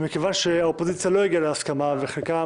מכיוון שהאופוזיציה לא הגיעה להסכמה וחלקם